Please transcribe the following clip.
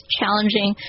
challenging